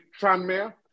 Tranmere